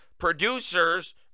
producers